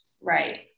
right